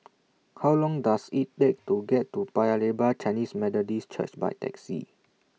How Long Does IT Take to get to Paya Lebar Chinese Methodist Church By Taxi